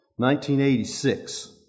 1986